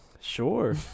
Sure